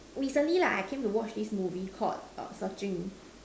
recently like I came to watch this movie called searching